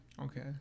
Okay